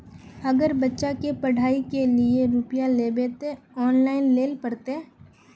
अगर बच्चा के पढ़ाई के लिये रुपया लेबे ते ऑनलाइन लेल पड़ते?